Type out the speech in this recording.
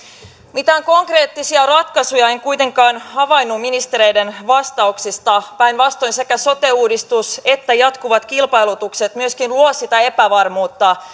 mitään konkreettisia ratkaisuja en kuitenkaan havainnut ministereiden vastauksista päinvastoin sekä sote uudistus että jatkuvat kilpailutukset myöskin luovat sitä epävarmuutta